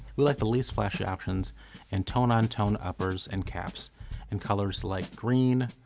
we like the least flashy options and tone on tone uppers and caps in colors like green,